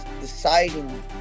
deciding